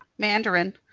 mandarin,